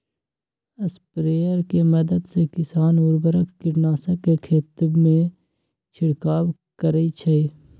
sprayer के मदद से किसान उर्वरक, कीटनाशक के खेतमें छिड़काव करई छई